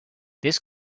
this